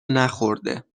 نخورده